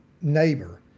neighbor